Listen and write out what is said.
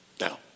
Now